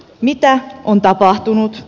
mitä on tapahtunut